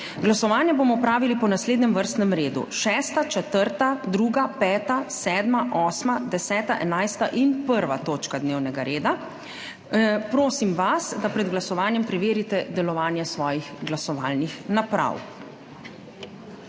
Glasovanje bomo opravili po naslednjem vrstnem redu: 6., 4., 2., 5., 7., 8., 10., 11. in 1. točka dnevnega reda. Prosim vas, da pred glasovanjem preverite delovanje svojih glasovalnih naprav.